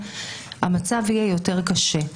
המצב יהיה יותר קשה.